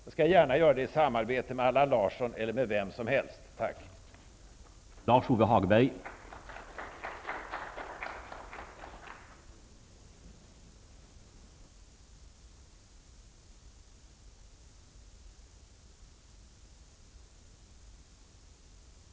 Jag skall gärna göra det i samarbete med Allan Larsson eller med vem som helst. Tack.